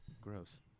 Gross